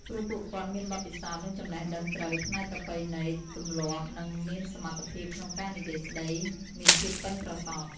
ព្រោះពួកគាត់មានបទពិសោធន៍ និងចំណេះដឹងជ្រៅផ្នែកប្រពៃណីទម្លាប់ និងមានសមត្ថភាពក្នុងការនិយាយស្ដី មានភាពប៉ិនប្រសប់។